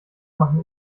machen